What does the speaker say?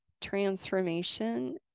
transformation